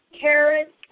carrots